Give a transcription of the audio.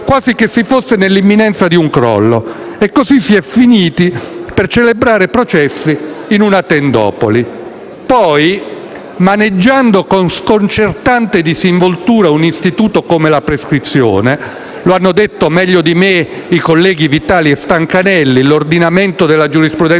quasi che si fosse nell'imminenza di un crollo. E così si è finiti a celebrare processi in una tendopoli. Poi, maneggiando con sconcertante disinvoltura un istituto come la prescrizione - che, come hanno detto meglio di me i colleghi Vitali e Stancanelli, l'orientamento della giurisprudenza